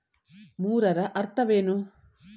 ಮೂರರ ಅರ್ಥವೇನು?